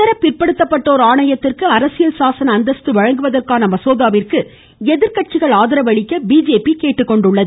இதர பிற்படுத்தப்பட்டோர் ஆணையத்திற்கு அரசியல் சாசன அந்தஸ்து வழங்குவதற்கான மசோதாவிற்கு எதிர்க்கட்சிகள் கேட்டுக்கொண்டுள்ளது